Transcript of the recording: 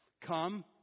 Come